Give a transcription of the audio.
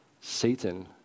Satan